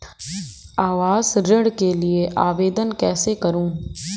आवास ऋण के लिए आवेदन कैसे करुँ?